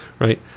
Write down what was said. Right